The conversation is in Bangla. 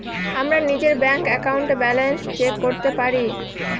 আমরা নিজের ব্যাঙ্ক একাউন্টে ব্যালান্স চেক করতে পারি